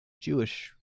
Jewish